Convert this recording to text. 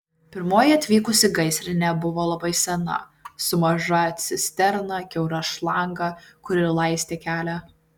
pirmoji atvykusi gaisrinė buvo labai sena su maža cisterna kiaura šlanga kuri laistė kelią